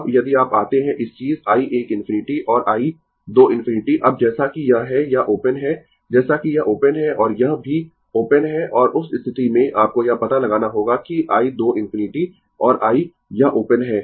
अब यदि आप आते है इस चीज i 1 ∞ and i 2 ∞ अब जैसा कि यह है यह ओपन है जैसा कि यह ओपन है और यह भी ओपन है और उस स्थिति में आपको यह पता लगाना होगा कि i 2 ∞ और i यह ओपन है